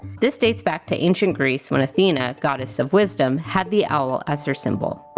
this dates back to ancient greece when athena, goddess of wisdom, had the owl as her symbol.